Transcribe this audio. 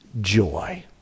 joy